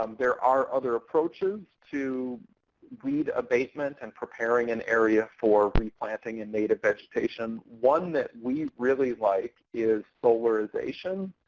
um there are other approaches to weed abatement and preparing an area for replanting a and native vegetation. one that we really like is solarization,